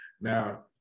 Now